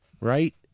right